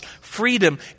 freedom